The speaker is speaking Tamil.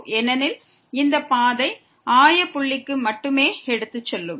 ஏனெனில் இந்த பாதை ஆய புள்ளிக்கு மட்டுமே எடுத்து செல்லும்